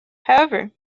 however